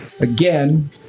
again